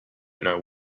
know